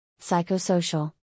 psychosocial